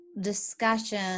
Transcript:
discussion